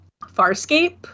farscape